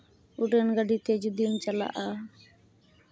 ᱩᱰᱟᱹᱱ ᱜᱟᱹᱰᱤ ᱛᱮ ᱡᱩᱫᱤᱢ ᱪᱟᱞᱟᱜᱼᱟ